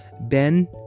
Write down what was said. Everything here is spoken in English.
Ben